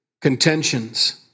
contentions